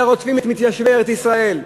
אלא רודפים את מתיישבי ארץ-ישראל.